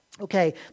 Okay